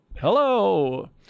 Hello